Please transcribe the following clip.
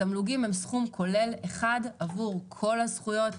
התמלוגים הם סכום כולל אחד עבור כל הזכויות,